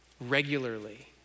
regularly